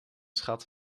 schat